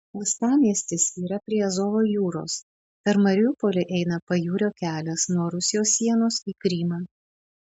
uostamiestis yra prie azovo jūros per mariupolį eina pajūrio kelias nuo rusijos sienos į krymą